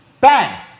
Bang